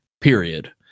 period